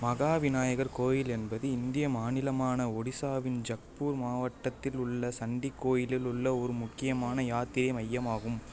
மகாவிநாயகர் கோயில் என்பது இந்திய மாநிலமான ஒடிசாவின் ஜக்பூர் மாவட்டத்தில் உள்ள சண்டி கோயிலில் உள்ள ஒரு முக்கியமான யாத்திரை மையமாகும்